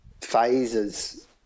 phases